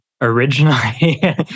Originally